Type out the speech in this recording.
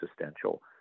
existential